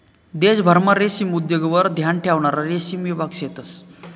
देशभरमा रेशीम उद्योगवर ध्यान ठेवणारा रेशीम विभाग शेतंस